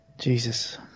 Jesus